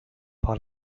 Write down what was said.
par